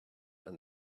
and